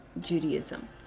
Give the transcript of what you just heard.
judaism